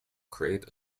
create